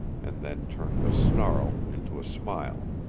and then turned the snarl into a smile.